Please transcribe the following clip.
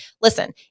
Listen